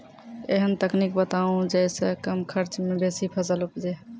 ऐहन तकनीक बताऊ जै सऽ कम खर्च मे बेसी फसल उपजे?